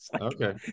Okay